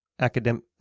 academic